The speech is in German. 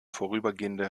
vorübergehende